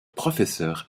professeur